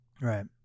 Right